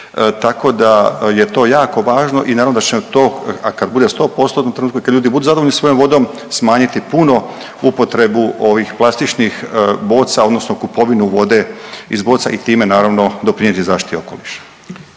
tako da je to jako važno. I naravno da će nam to, a kad bude u 100%-tnom trenutku i kad ljudi budu zadovoljni svojom vodom smanjiti puno upotrebu ovih plastičnih boca odnosno kupovinu vode iz boca i time naravno doprinijeti zaštiti okoliša.